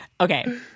okay